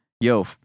yo